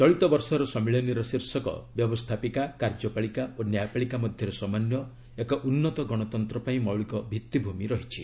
ଚଳିତ ବର୍ଷର ସମ୍ମିଳନୀର ଶୀର୍ଷକ ବ୍ୟବସ୍ଥାପିକା କାର୍ଯ୍ୟପାଳିକା ଓ ନ୍ୟାୟ ପାଳିକା ମଧ୍ୟରେ ସମନ୍ୱୟ ଏକ ଉନ୍ନତ ଗଣତନ୍ତ୍ର ପାଇଁ ମୌଳିକ ଭିଭିମି ରହିଛି